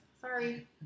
Sorry